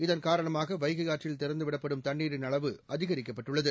இதன் காரணமாக வைகை ஆற்றில் திறந்துவிடப்படும் தண்ணீரின் அளவு அதிகரிக்கப்பட்டுள்ளது